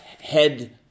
head